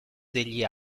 degli